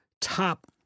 top